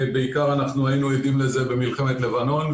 בעיקר אנחנו היינו עדים לזה במלחמת לבנון,